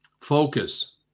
Focus